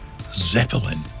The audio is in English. Zeppelin